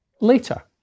later